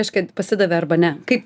iš kad pasidavė arba ne kaip